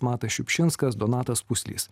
matas šiupšinskas donatas puslys